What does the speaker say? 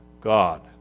God